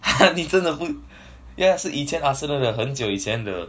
!huh! 你真的不 yeah 是以前 arsenal 的很久以前的